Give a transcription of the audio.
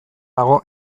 dago